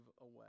away